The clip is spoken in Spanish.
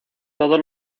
todos